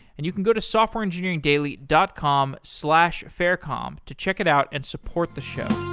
and you can go to softwareengineeringdaily dot com slash faircom to check it out and support the show